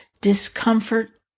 Discomfort